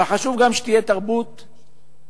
אבל חשוב גם שתהיה תרבות פנאי.